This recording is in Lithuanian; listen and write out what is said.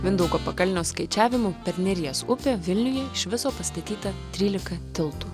mindaugo pakalnio skaičiavimu per neries upę vilniuje iš viso pastatyta trylika tiltų